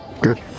Good